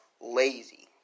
Lazy